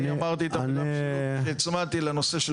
אני אמרתי את המילה משילות והצמדתי את זה לנושא.